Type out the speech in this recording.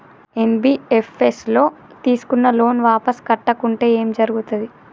NBFS ల తీస్కున్న loan వాపస్ కట్టకుంటే ఏం జర్గుతది?